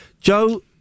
Joe